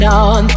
on